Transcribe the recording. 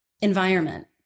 environment